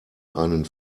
einen